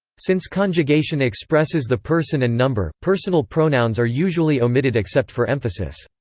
since conjugation expresses the person and number, personal pronouns are usually omitted except for emphasis.